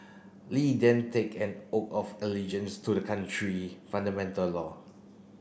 Li then took an oath of allegiance to the country fundamental law